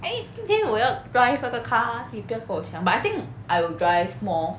eh 今天我要 drive 那个 car 你不要跟我抢 but I think I will drive more